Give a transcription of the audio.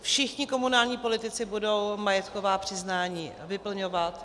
Všichni komunální politici budou majetková přiznání vyplňovat.